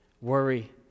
Worry